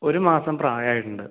ഒരു മാസം പ്രായമായിട്ടുണ്ട്